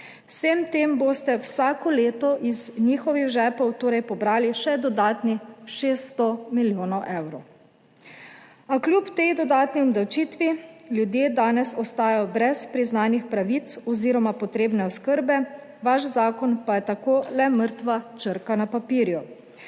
Vsem tem boste vsako leto iz njihovih žepov torej pobrali še dodatnih 600 milijonov evrov. A kljub tej dodatni obdavčitvi ljudje danes ostajajo brez priznanih pravic oziroma potrebne oskrbe. Vaš zakon pa je tako le mrtva črka na papirju.